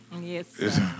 Yes